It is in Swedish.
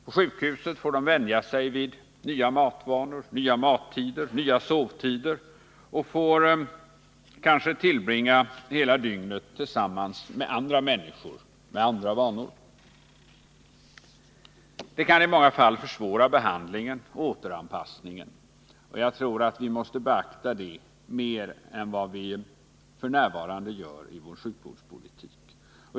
På sjukhuset får de vänja sig vid nya matvanor, nya mattider och nya sovtider, och de får kanske tillbringa hela dygnet tillsammans med andra människor med andra vanor. Det kan i många fall försvåra behandlingen och återanpassningen. Jag tror att vi måste beakta det mer än vad vi f. n. gör i vår sjukvårdspolitik.